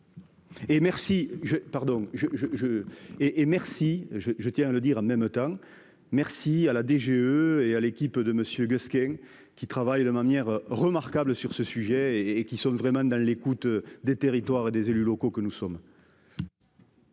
et merci je je tiens à le dire en même temps. Merci à la DGE et à l'équipe de Monsieur Gueusquin qui travaille de manière remarquable sur ce sujet et qui sont vraiment dans l'écoute des territoires et des élus locaux que nous sommes.